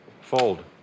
Fold